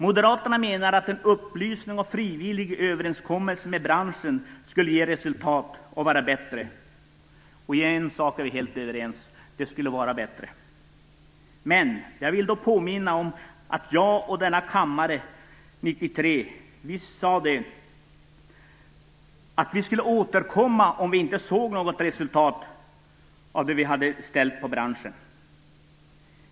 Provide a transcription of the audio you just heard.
Moderaterna menar att upplysning och en frivillig överenskommelse med branschen skulle ge resultat, och att det skulle vara bättre. Vi är helt överens om en sak; det skulle vara bättre. Men jag vill påminna om att jag och denna kammare 1993 sade att vi skulle återkomma om vi inte såg något resultat av de krav vi hade ställt på branschen.